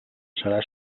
serà